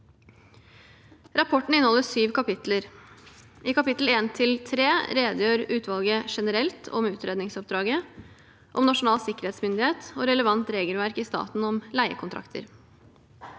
Rapporten inneholder syv kapitler. I kapitlene 1–3 redegjør utvalget generelt om utredningsoppdraget, om Nasjonal sikkerhetsmyndighet og om relevant regelverk i staten om leiekontrakter.